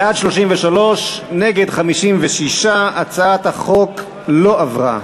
בעד 33, נגד, 56. הצעת החוק לא עברה.